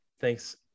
thanks